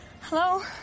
Hello